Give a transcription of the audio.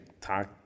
talk